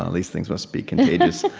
um these things must be contagious.